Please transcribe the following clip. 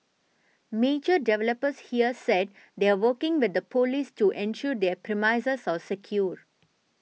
major developers here said they are working with the police to ensure their premises are secure